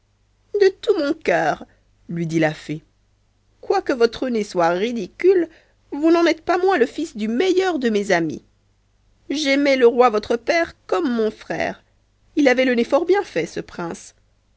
de tout mon cœur lui dit la fée quoique votre nez soit ridicule vous n'en êtes pas moins le fils du meilleur de mes amis j'aimais le roi votre père comme mon frère il avait le nez fort bien fait ce prince